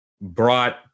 brought